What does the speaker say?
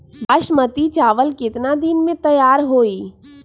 बासमती चावल केतना दिन में तयार होई?